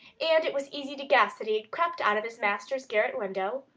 and it was easy to guess that he had crept out of his master's garret-window,